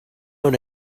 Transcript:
own